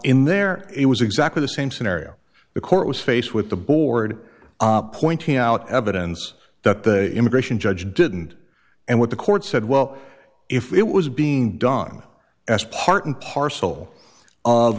in there it was exactly the same scenario the court was faced with the board pointing out evidence that the immigration judge didn't and what the court said well if it was being done as part and parcel of